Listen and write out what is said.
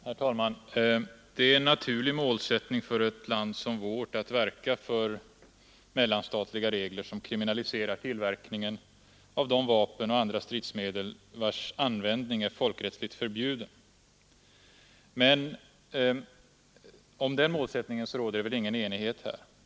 Herr talman! Det är en naturlig målsättning för ett land som vårt att verka för mellanstatliga regler som kriminaliserar tillverkningen av de vapen och andra stridsmedel vilkas användning är folkrättsligt förbjuden. Om den målsättningen råder det väl enighet här i riksdagen.